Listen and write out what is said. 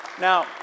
Now